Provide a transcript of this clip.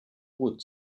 wood